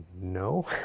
No